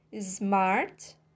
Smart